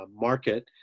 market